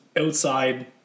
outside